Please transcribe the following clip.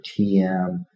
TM